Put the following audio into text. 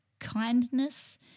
kindness